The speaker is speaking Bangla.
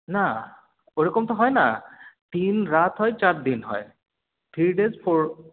না ওরকম তো হয় না তিন রাত হয় চার দিন হয় থ্রি ডেজ ফোর